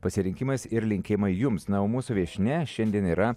pasirinkimas ir linkėjimai jums na o mūsų viešnia šiandien yra